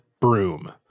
broom